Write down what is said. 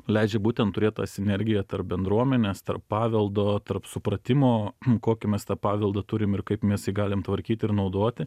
leidžia būtent turėt tą sinergiją tarp bendruomenės tarp paveldo tarp supratimo kokį mes tą paveldą turim ir kaip mes jį galim tvarkyt ir naudoti